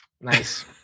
Nice